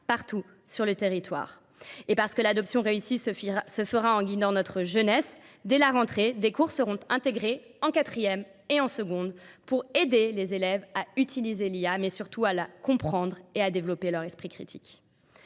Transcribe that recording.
partout sur le territoire. Et parce que l'adoption réussie se fera en guidant notre jeunesse, dès la rentrée, des cours seront intégrés en quatrième et en seconde pour aider les élèves à utiliser l'IA, mais surtout à la comprendre et à développer leur esprit critique.